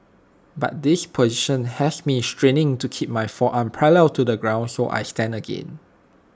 but this position has me straining to keep my forearm parallel to the ground so I stand again